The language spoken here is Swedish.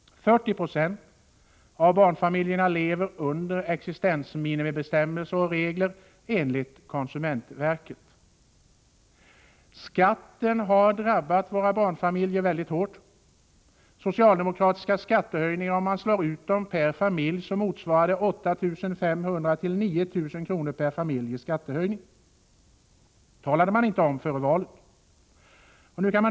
40 26 av barnfamiljerna lever under existensminimum enligt konsumentverkets regler. Skatten har drabbat barnfamiljerna väldigt hårt. Om man slår ut de 81 socialdemokratiska skattehöjningarna på familjerna, motsvarar det 8 500 9 000 kr. per familj i skattehöjning. Det talade man inte om före valet.